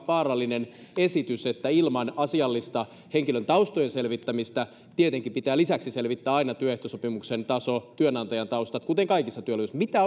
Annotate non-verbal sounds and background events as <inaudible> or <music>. vaarallinen esitys että ilman asiallista henkilön taustojen selvittämistä tietenkin pitää lisäksi selvittää aina työehtosopimuksen taso ja työnantajan taustat kuten kaikissa työluvissa mitä <unintelligible>